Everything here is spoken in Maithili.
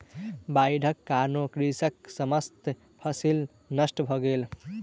बाइढ़क कारणेँ कृषकक समस्त फसिल नष्ट भ गेल